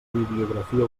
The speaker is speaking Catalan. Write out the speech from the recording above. bibliografia